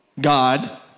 God